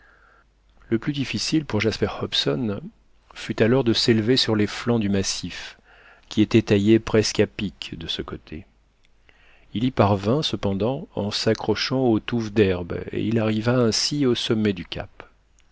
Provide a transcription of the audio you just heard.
le plus difficile pour jasper hobson fut alors de s'élever sur les flancs du massif qui étaient taillés presque à pic de ce côté il y parvint cependant en s'accrochant aux touffes d'herbes et il arriva ainsi au sommet du cap